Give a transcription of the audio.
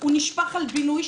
הוא נשפך על בינוי,